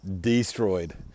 destroyed